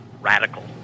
radical